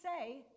say